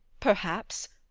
perhaps,